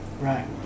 Right